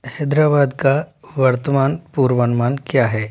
हैदराबाद का वर्तमान पूर्वानुमान क्या है